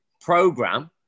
program